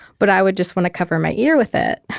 but i would just want to cover my ear with it.